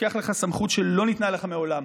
לוקח לך סמכות שלא ניתנה לך מעולם,